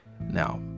now